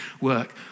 work